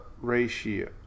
ratio